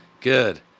Good